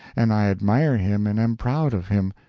and i admire him and am proud of him,